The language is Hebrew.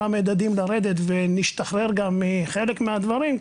המדדים לרדת ונשתחרר גם מחלק מהדברים,